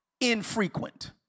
infrequent